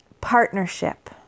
partnership